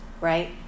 right